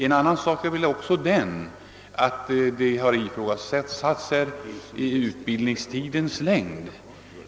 En annan sak är också att här har utbildningstidens längd ifrågasatts.